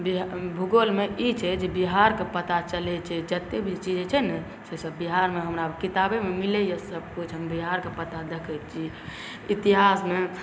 भूगोलमे ई छै जे बिहारके पता चलै छै जतऽ भी चीज होइ छै ने से सब बिहारमे हमरा किताबेमे मिलैए सबकिछु हम बिहारके पता देखै छी इतिहासमे